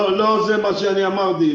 לא כך אמרתי.